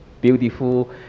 beautiful